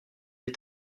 des